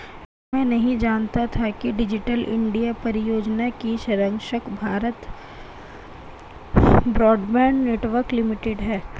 मैं नहीं जानता था कि डिजिटल इंडिया परियोजना की संरक्षक भारत ब्रॉडबैंड नेटवर्क लिमिटेड है